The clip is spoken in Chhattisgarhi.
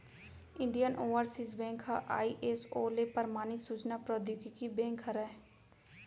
इंडियन ओवरसीज़ बेंक ह आईएसओ ले परमानित सूचना प्रौद्योगिकी बेंक हरय